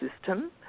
system